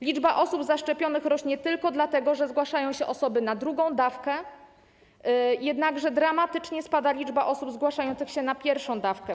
Liczba osób zaszczepionych rośnie tylko dlatego, że zgłaszają się osoby na szczepienie drugą dawką, jednakże dramatycznie spada liczba osób zgłaszających się na szczepienie pierwszą dawką.